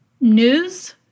news